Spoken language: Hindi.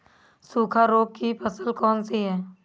सूखा रोग की फसल कौन सी है?